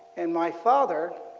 and my father,